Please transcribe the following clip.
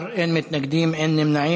12, אין מתנגדים, אין נמנעים.